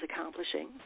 accomplishing